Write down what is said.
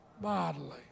bodily